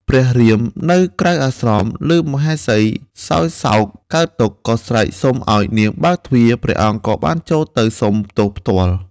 ព្រះរាមនៅក្រៅអាស្រម ឮមហេសីសោយសោកកើតទុក្ខ ក៏ស្រែកសុំឱ្យនាងបើកទ្វារ ព្រះអង្គក៏បានចូលទៅសុំទោសផ្ទាល់។